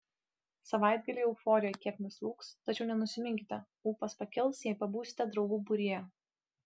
savaitgalį euforija kiek nuslūgs tačiau nenusiminkite ūpas pakils jei pabūsite draugų būryje